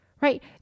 right